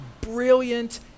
brilliant